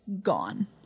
gone